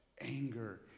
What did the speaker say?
anger